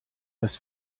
das